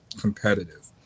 competitive